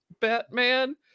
batman